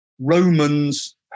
Romans